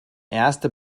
erste